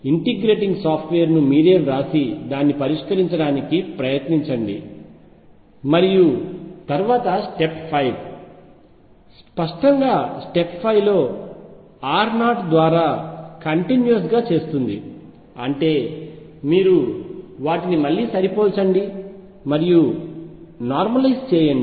integrating సాఫ్ట్వేర్ను మీరే వ్రాసి దాన్ని పరిష్కరించడానికి ప్రయత్నించండి మరియు తర్వాత స్టెప్ 5 స్పష్టంగా స్టెప్ 5 లో r0 ద్వారా కంటిన్యూస్ గా చేస్తుంది అంటే మీరు వాటిని మళ్లీ సరిపోల్చండి మరియు నార్మలైజ్ చేయండి